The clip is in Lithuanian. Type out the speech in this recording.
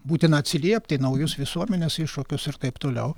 būtina atsiliepti į naujus visuomenės iššūkius ir taip toliau